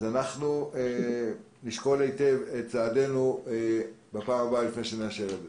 אז אנחנו נשקול היטב את צעדנו בפעם הבאה לפני שנאשר את זה.